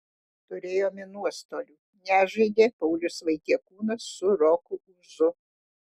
turėjome nuostolių nežaidė paulius vaitiekūnas su roku ūzu